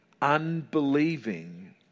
Unbelieving